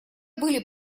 были